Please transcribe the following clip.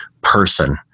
person